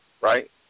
Right